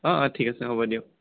অঁ অঁ ঠিক আছে হ'ব দিয়ক